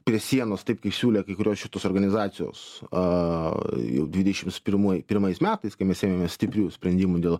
prie sienos taip kai siūlė kai kurios šitos organizacijos a jau dvidešimts pirmai pirmais metais kai mes ėmėmės stiprių sprendimų dėl